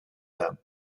them